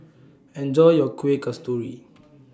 Enjoy your Kuih Kasturi